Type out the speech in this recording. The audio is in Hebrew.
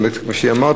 באמת כפי שאמרת,